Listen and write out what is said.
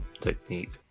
technique